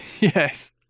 Yes